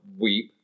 weep